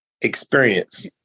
experience